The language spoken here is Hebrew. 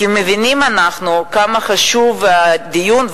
כי אנחנו מבינים כמה חשובים הדיון,